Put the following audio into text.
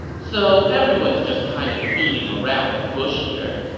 so everyone is just kind of beating around the bush here.